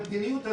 המדיניות הזאת,